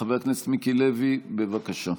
חבר הכנסת מיקי לוי, בבקשה.